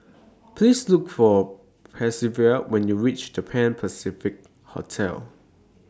Please Look For Percival when YOU REACH The Pan Pacific Hotel